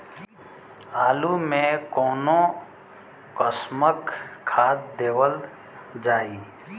आलू मे कऊन कसमक खाद देवल जाई?